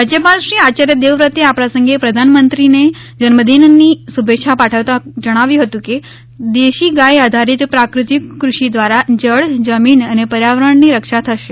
રાજ્યપાલ શ્રી આચાર્ય દેવવ્રતે આ પ્રસંગે પ્રધાનમંત્રીને જન્મદિનની શુભેચ્છા પાઠવતાં જણાવ્યું હતું કે દેશી ગાય આધારિત પ્રાકૃતિક કૃષિ દ્વારા જળ જમીન અને પર્યાવરણની રક્ષા થશે